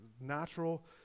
natural